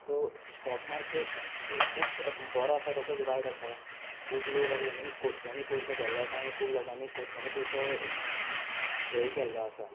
so stock market हो खूब बरो आसा तसोच वायट आसा खूब लोक आसा जेंच्यांनी कोट्यांनी पयसो गेल्लो आसा आनी खूब लोकांनी आसा कोट्यांनी पयसो हेंय केल्लो आसा